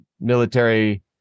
military